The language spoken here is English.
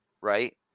right